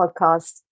podcast